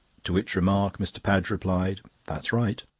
to which remark mr. padge replied that's right.